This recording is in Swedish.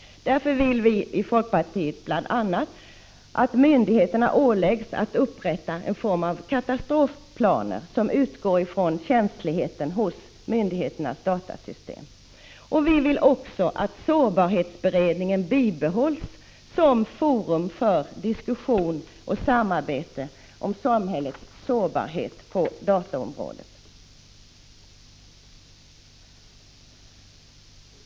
Därför vill vi i folkpartiet att myndigheterna åläggs att upprätta en form av katastrofplaner, som utgår från känsligheten hos myndigheternas datasys tem. Vi vill också att sårbarhetsberedningen bibehålls som forum för diskussion och samarbete när det gäller samhällets sårbarhet på dataområdet.